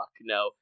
no